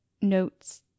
notes